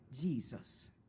Jesus